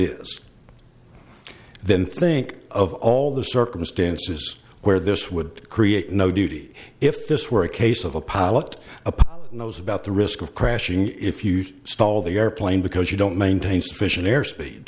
is then think of all the circumstances where this would create no duty if this were a case of a pilot a knows about the risk of crashing if you stall the airplane because you don't maintain sufficient airspeed